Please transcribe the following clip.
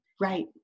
Right